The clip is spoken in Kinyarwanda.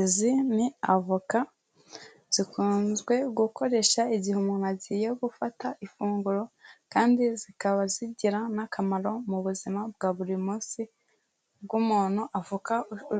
Izi ni avoka zikunzwe gukoresha igihe umuntu agiye gufata ifunguro kandi zikaba zigira n'akamaro mu buzima bwa buri munsi bw'umuntu avoka